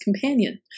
companion